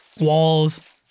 walls